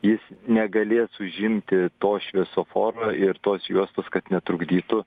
jis negalės užimti to šviesoforo ir tos juostos kad netrukdytų